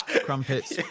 Crumpets